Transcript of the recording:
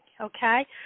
okay